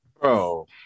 Bro